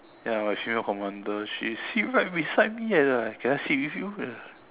yeah but she's not commander she sit right beside me eh like can I sit with you